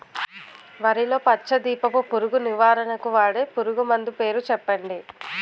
వరిలో పచ్చ దీపపు పురుగు నివారణకు వాడే పురుగుమందు పేరు చెప్పండి?